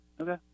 Okay